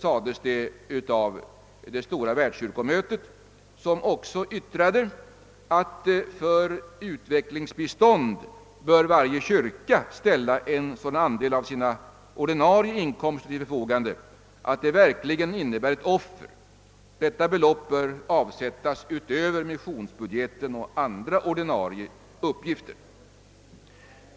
Detta anfördes alltså av det stora världskyrkomötet, som också yttrade att varje kyrka för utvecklingsbistånd bör ställa en sådan andel av sina ordinarie inkomster till förfogande att det verkligen innebär ett offer. Detta belopp bör avsättas utöver missionsbudgeten och andra ordinarie utgifter.